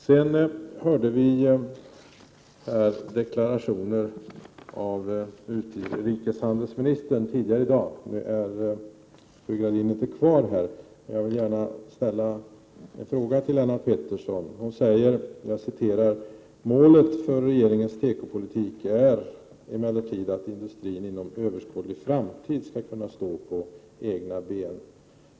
Tidigare i dag hörde vi utrikeshandelsministerns deklaration. Nu är fru Gradin inte kvar här, och jag vill därför ställa en fråga till Lennart Pettersson. Statsrådet säger: Målet för regeringens tekopolitik är emellertid att industrin inom överskådlig framtid skall kunna stå på egna ben.